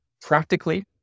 Practically